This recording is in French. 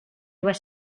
doit